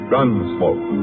Gunsmoke